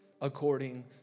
According